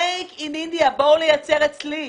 בואו לייצר אצלי.